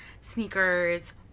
sneakers